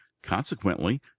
Consequently